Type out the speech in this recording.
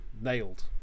nailed